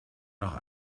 noch